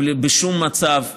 בשום מצב,